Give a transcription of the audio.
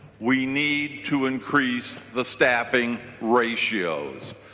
we need to increase the staffing ratios.